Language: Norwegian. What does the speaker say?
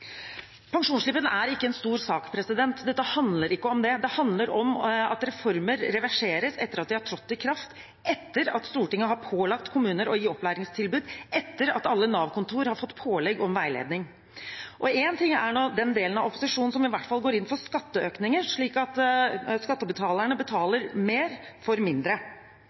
Pensjonsslippen er ikke en stor sak, så dette handler ikke om det. Det handler om at reformer reverseres etter at de har trådt i kraft – etter at Stortinget har pålagt kommuner å gi opplæringstilbud, etter at alle Nav-kontor har fått pålegg om veiledning. Og én ting er den delen av opposisjonen som i hvert fall går inn for skatteøkninger, slik at skattebetalerne betaler mer for mindre.